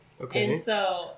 Okay